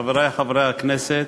חברי חברי הכנסת,